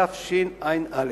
התשע"א.